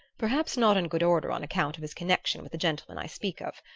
perhaps not in good odor on account of his connection with the gentleman i speak of.